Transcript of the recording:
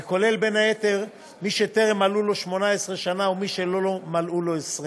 וכולל בין היתר מי שטרם מלאו לו 18 שנים או מי שלא מלאו לו 20 שנים,